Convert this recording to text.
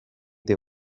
they